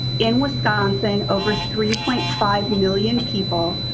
in wisconsin, over three point five million people,